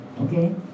okay